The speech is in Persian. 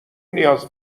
نیاز